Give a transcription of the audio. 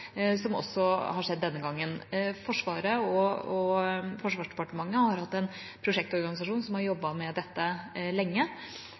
som også har skjedd denne gangen. Forsvaret og Forsvarsdepartementet har hatt en prosjektorganisasjon som har jobbet med dette lenge.